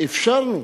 אפשרנו